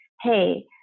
hey